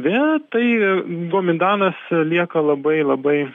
ve tai gomindanas lieka labai labai